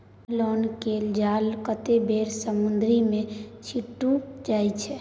nylon केर जाल कतेक बेर समुद्रे मे छुटि जाइ छै